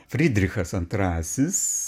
fridrichas antrasis